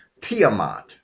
Tiamat